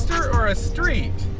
or a street